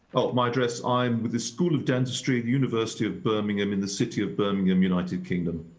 oh, my dress. i'm with the school of dentistry of the university of birmingham in the city of birmingham, united kingdom.